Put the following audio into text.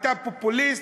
אתה פופוליסט,